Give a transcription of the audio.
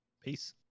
Peace